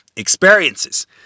experiences